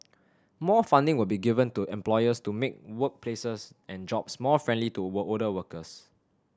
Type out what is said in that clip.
more funding will be given to employers to make workplaces and jobs more friendly to older workers